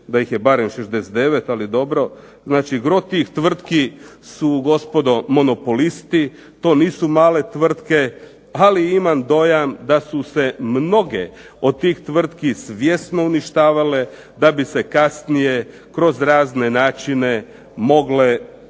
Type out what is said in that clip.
da ih je barem 69 ali dobro, znači gro tih tvrtki su gospodo monopolisti to su nisu male tvrtke ali imam dojam da su se mnoge od tih tvrtki svjesno uništavale da bi se kasnije mogle kroz razne načine privatizirati,